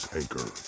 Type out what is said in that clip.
anchor